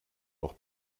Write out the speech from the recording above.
noch